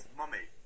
mummy